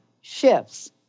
shifts